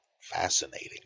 Fascinating